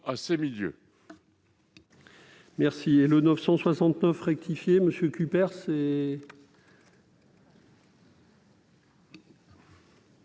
à ces milieux.